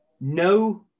no